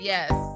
Yes